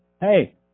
Hey